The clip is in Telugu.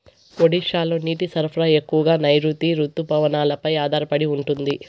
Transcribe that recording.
ఒడిశాలో నీటి సరఫరా ఎక్కువగా నైరుతి రుతుపవనాలపై ఆధారపడి ఉంటుంది